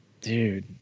Dude